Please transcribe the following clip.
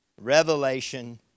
revelation